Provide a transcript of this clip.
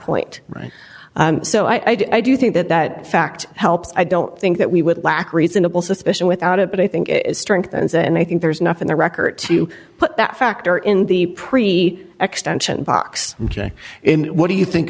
point right so i do think that that fact helps i don't think that we would lack reasonable suspicion without it but i think it strengthens and i think there's enough in the record to put that factor in the pre extension box and say in what do you think